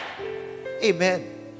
Amen